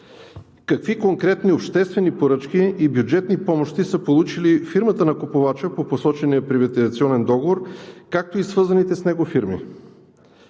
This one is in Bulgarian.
Какви конкретни обществени поръчки и бюджетни помощи са получили фирмата на купувача по посочения приватизационен договор, както и свързаните с него фирми?